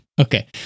okay